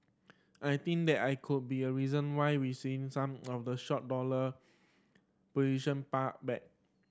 I think that I could be a reason why we seeing some of the short dollar position back